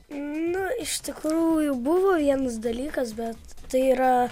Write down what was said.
nu iš tikrųjų buvo vienas dalykas bet tai yra